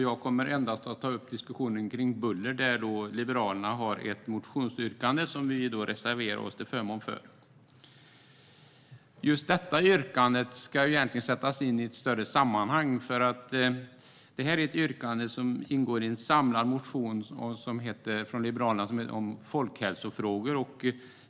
Jag kommer endast att ta upp diskussionen kring buller, där Liberalerna har ett motionsyrkande som vi reserverar oss till förmån för. Just detta yrkande ska egentligen sättas in i ett större sammanhang, för det ingår i en samlad motion från Liberalerna om folkhälsofrågor.